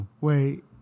Wait